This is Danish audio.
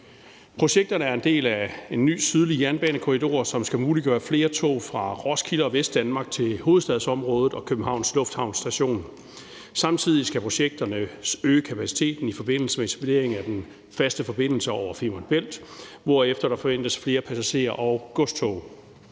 Projekterne er en del af en ny sydlig jernbanekorridor, som skal muliggøre flere tog fra Roskilde og Vestdanmark til hovedstadsområdet og Københavns Lufthavn Station. Samtidig skal projekterne øge kapaciteten i forbindelse med etablering af den faste forbindelse over Femern Bælt, hvorefter der forventes flere passagerer og godstog.